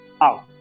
out